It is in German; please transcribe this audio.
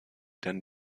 denn